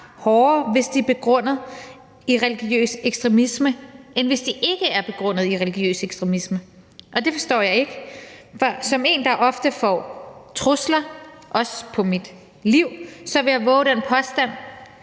hårdere, hvis de er begrundet i religiøs ekstremisme, end hvis de ikke er begrundet i religiøs ekstremisme. Og det forstår jeg ikke. Som en, der ofte får trusler, også på mit liv, vil jeg vove den påstand,